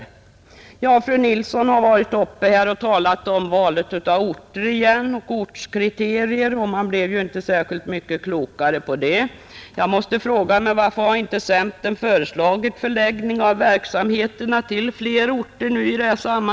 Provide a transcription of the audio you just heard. Fru Nilsson i Kristianstad har nu åter varit uppe och talat om valet av orter och om ortskriterier. Man blev inte särskilt mycket klokare av det. Jag måste fråga mig: Varför har inte centern i det här sammanhanget föreslagit förläggning av verk till fler orter?